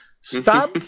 Stop